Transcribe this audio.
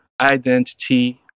identity